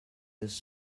his